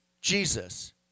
Jesus